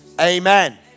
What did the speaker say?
Amen